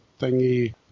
thingy